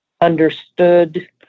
understood